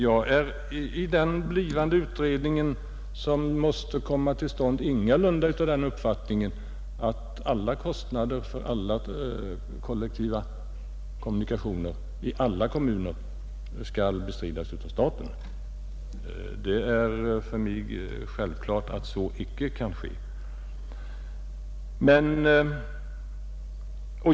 Jag är ingalunda av den uppfattningen att alla kostnader för alla kollektiva kommunikationer i alla kommuner skall bestridas av staten. Det är för mig självklart att så icke kan ske.